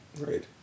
right